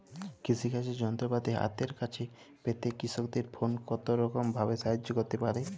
কৃষিকাজের যন্ত্রপাতি হাতের কাছে পেতে কৃষকের ফোন কত রকম ভাবে সাহায্য করতে পারে?